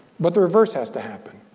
but the reverse has to happen.